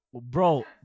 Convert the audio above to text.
bro